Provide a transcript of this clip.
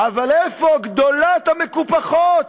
אבל איפה גדולת המקופחות,